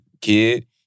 kid